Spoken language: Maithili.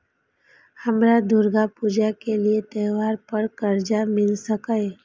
हमरा दुर्गा पूजा के लिए त्योहार पर कर्जा मिल सकय?